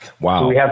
Wow